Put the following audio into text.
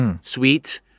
sweet